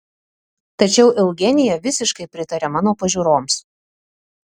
tačiau eugenija visiškai pritarė mano pažiūroms